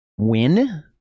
Win